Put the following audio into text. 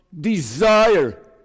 desire